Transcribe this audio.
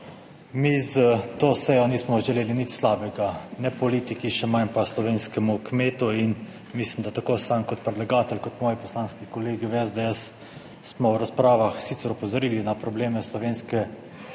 Mi s to sejo nismo želeli nič slabega ne politiki, še manj pa slovenskemu kmetu in mislim, da tako sam kot predlagatelj, kot moji poslanski kolegi v SDS smo v razpravah sicer opozorili na probleme slovenske